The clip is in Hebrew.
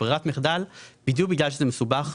שכברירת מחדל בדיוק בגלל שזה מסובך,